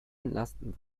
entlasten